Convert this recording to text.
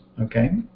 Okay